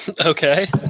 Okay